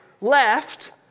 left